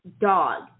dog